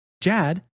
Jad